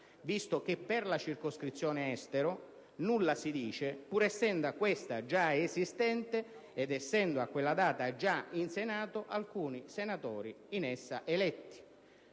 visto che per la circoscrizione Estero nulla si dice, pur essendo questa già esistente ed essendo in quella data già presenti in Senato alcuni senatori in essa eletti.